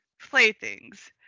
Playthings